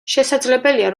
შესაძლებელია